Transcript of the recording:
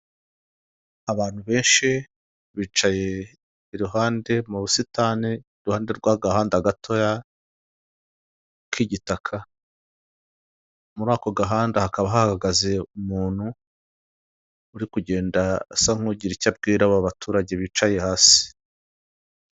Abantu benshi bicaye iruhande mu busitani iruhande rw'agahanda gatoya k'igitaka. Muri ako gahanda hakaba hahagaze umuntu uri kugenda asa nk'ugira icyo abwira aba baturage bicaye hasi.